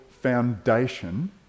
foundation